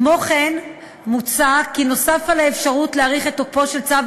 כמו כן מוצע כי נוסף על האפשרות להאריך את תוקפו של צו